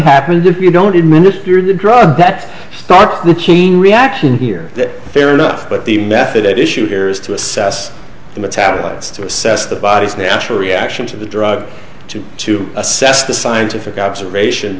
happens if you don't administer the drug that starts the chain reaction here fair enough but the method at issue here is to assess the metabolites to assess the body's natural reaction to the drug too to assess the scientific observation